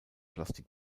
plastik